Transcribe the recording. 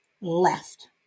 left